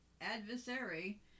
adversary